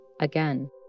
Again